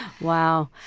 Wow